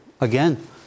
again